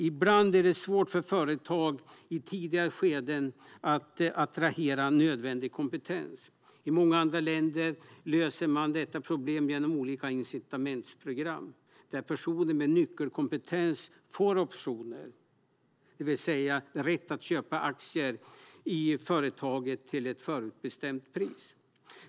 Ibland är det svårt för företag att i tidiga skeden attrahera nödvändig kompetens. I många andra länder löser man detta problem genom olika incitamentsprogram där personer med nyckelkompetens får optioner, det vill säga rätt att köpa aktier i företaget till ett förutbestämt pris.